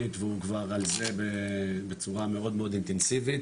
והוא כבר על זה בצורה מאוד מאוד אינטנסיבית